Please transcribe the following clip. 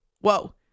Whoa